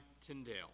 Tyndale